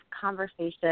conversation